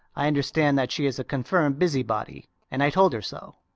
i understand that she is a confirmed busybody and i told her so.